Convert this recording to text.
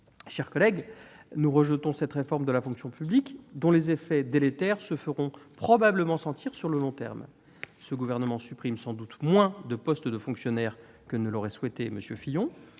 chers collègues, nous rejetons cette réforme de la fonction publique dont les effets délétères se feront probablement sentir sur le long terme. Ce gouvernement supprime sans doute moins de postes de fonctionnaires que ne l'aurait souhaité M. Fillon,